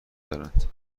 دارند